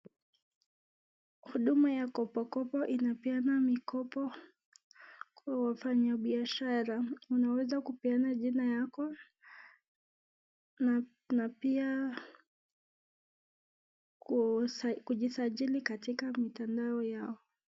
Huduma ya Kopo Kopo inapeana mikopo kwa wafanyabiashara, unaweza kupeana jina yako, na pia kujisajili katika mitandao yao.